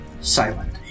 silent